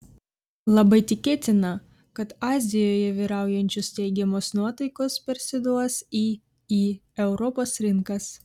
labai tikėtina kad azijoje vyraujančios teigiamos nuotaikos persiduos į į europos rinkas